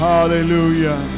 Hallelujah